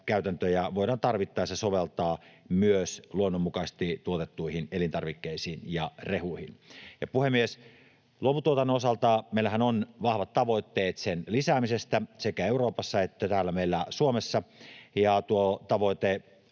käytäntöjä voidaan tarvittaessa soveltaa myös luonnonmukaisesti tuotettuihin elintarvikkeisiin ja rehuihin. Puhemies! Luomutuotannon osaltahan meillä on vahvat tavoitteet sen lisäämisestä sekä Euroopassa että täällä meillä Suomessa, ja tuo alustava